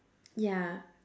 yeah